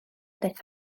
daeth